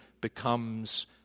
becomes